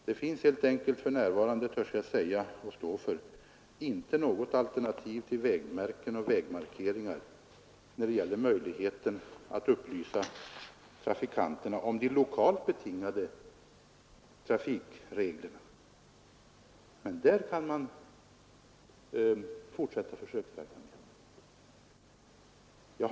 Det finns för närvarande helt enkelt — det törs jag säga och stå för — inte något alternativ till vägmärken och vägmarkeringar när det gäller att upplysa trafikanter om de lokalt betingade trafikreglerna. Men man kan fortsätta försöksverksamheten.